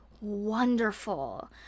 wonderful